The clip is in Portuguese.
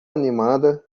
animada